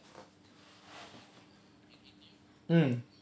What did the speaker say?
mm